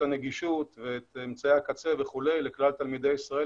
הנגישות ואת אמצעי הקצה לכלל תלמידי ישראל,